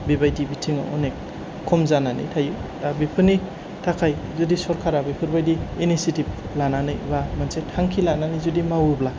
बेबादि बिथिङाव अनेक खम जानानै थायो दा बेफोरनि थाखाय जुदि सरखारा बेफोरबादि इनिचियेटिब लानानै बा मोनसे थांखि लानानै जुदि मावोब्ला